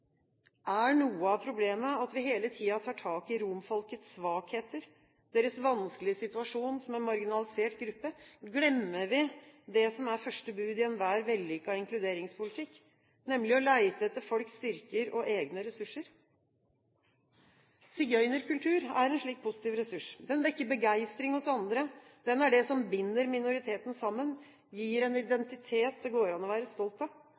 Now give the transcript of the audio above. Er noe av problemet at vi hele tiden tar tak i romfolkets svakheter, deres vanskelige situasjon, som en marginalisert gruppe? Glemmer vi det som er første bud i enhver vellykket inkluderingspolitikk, nemlig å lete etter folks styrker og egne ressurser? Sigøynerkultur er en slik positiv ressurs. Den vekker begeistring hos andre, den er det som binder minoriteten sammen, og gir en identitet det går an å være stolt av.